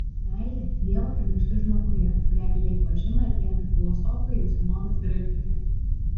meilė dievo kibirkštis žmoguje kurią giliai pažino ir gerbė filosofai jau senovės graikijoje